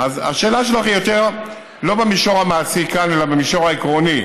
אז השאלה שלך היא לא במישור המעשי כאן אלא יותר במישור העקרוני.